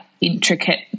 intricate